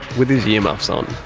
with his earmuffs on.